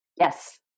Yes